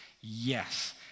yes